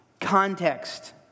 context